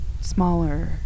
smaller